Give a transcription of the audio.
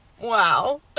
Wow